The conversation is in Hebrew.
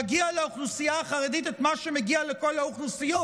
מגיע לאוכלוסייה החרדית את מה שמגיע לכל האוכלוסיות.